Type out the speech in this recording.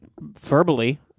verbally